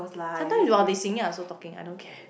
sometime while they're singing I also talking I don't care